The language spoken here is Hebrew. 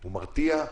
הוא מרתיע?